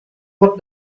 what